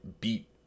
beat